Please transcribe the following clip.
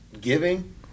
giving